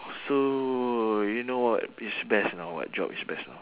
so you know what is best or not what job is best or not